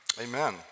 amen